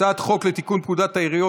לתיקון פקודת העיריות